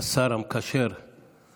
השרה אורית פרקש הכהן.